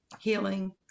Healing